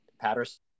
Patterson